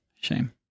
shame